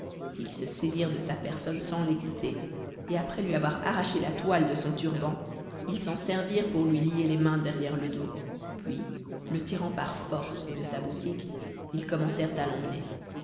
ils se saisirent de sa personne sans l'écouter et après lui avoir arraché la toile de son turban ils s'en servirent pour lui lier les mains derrière le dos puis le tirant par force de sa boutique ils commencèrent à l'emmener